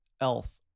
Elf